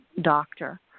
doctor